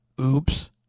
Oops